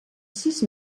sis